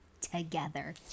together